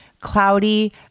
Cloudy